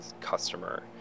customer